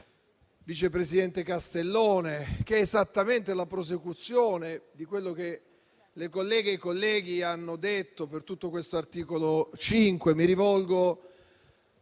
vice presidente Castellone, che è esattamente la prosecuzione di quello che le colleghe e i colleghi hanno detto sull'articolo 5. Mi rivolgo